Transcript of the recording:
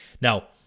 Now